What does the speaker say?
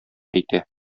әйтә